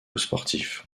sportif